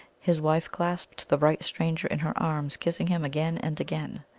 his wife clasped the bright stranger in her arms, kissing him again and again.